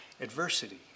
adversity